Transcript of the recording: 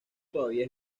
todavía